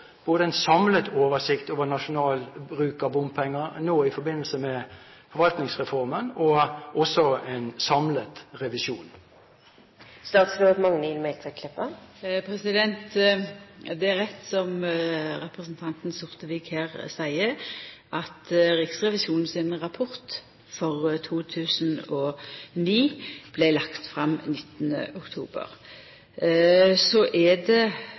en samlet oversikt over nasjonal bruk av bompenger i forbindelse med forvaltningsreformen, og også en samlet revisjon? Det er rett, som representanten Sortevik her seier, at Riksrevisjonen sin rapport for 2009 vart lagd fram den 19. oktober. Så er det